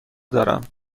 دارم